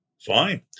Fine